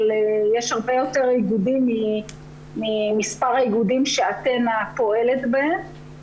אבל יש הרבה יותר איגודים ממספר האיגודים שאתנה פועלת בהם.